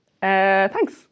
thanks